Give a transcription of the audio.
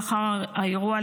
לאחר האירוע,